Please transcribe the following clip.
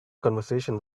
conversation